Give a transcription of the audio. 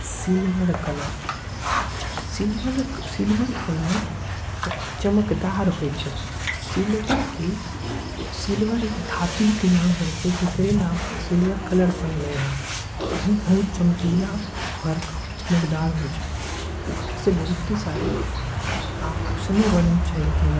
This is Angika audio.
सिल्वर धातु के नाम छे रंग उजर रंग आय। सफेद रंग से बहुते तरह के विचार आ सके छे। जैसे कि शांति के शुद्धता के परिचय देवे छे। बहुत चमकीला चमकदार होय छे सफेद। रंग के पसंद करे वाला के बारे में कहे। जाय छे की उ